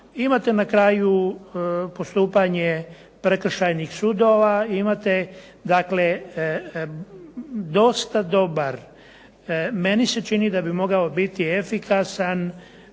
imate na kraju postupanje Prekršajnih sudova, imate dakle dosta dobar, meni se čini da bi mogao biti efikasan